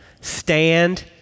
stand